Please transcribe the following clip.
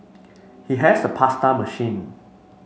he has a pasta machine